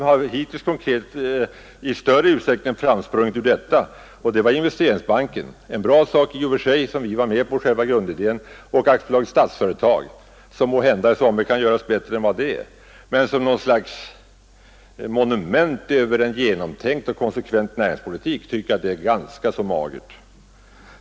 Det har hittills ur allt detta i större skala endast framsprungit två ting, nämligen Investeringsbanken — i och för sig en bra sak, vars grundidé vi anslöt oss till — och Statsföretag AB, som måhända i somligt kan göras bättre än vad det nu är. Som slutmonument över en genomtänkt och konsekvent näringspolitik tycker jag dock att resultatet är ganska magert.